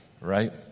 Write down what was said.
right